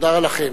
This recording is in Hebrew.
תודה לכם.